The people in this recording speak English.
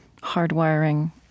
hardwiring